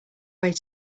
way